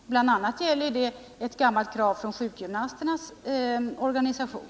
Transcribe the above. Det är ett gammalt krav bl.a. från sjukgymnasternas organisation.